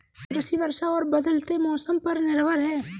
कृषि वर्षा और बदलते मौसम पर निर्भर है